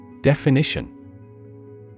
Definition